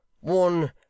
one